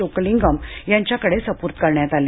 चोक्कलिंगम यांच्याकडे सुपूर्द करण्यात आले